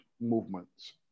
movements